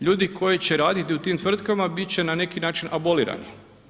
Ljudi koji će raditi u tim tvrtkama, bit će na neki način abolirani.